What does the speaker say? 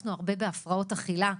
הוספנו הרבה כסף בהפרעות אכילה.